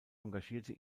engagierte